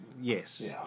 Yes